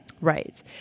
Right